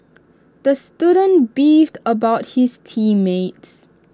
the student beefed about his team mates